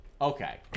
Okay